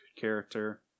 character